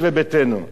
אדוני היושב-ראש,